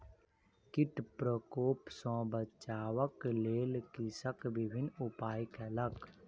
कीट प्रकोप सॅ बचाबक लेल कृषक विभिन्न उपाय कयलक